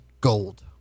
gold